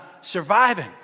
surviving